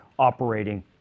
operating